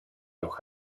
noch